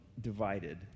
divided